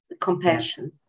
compassion